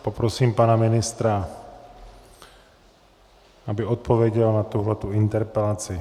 Poprosím pana ministra, aby odpověděl na tuto interpelaci.